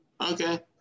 okay